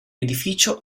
edificio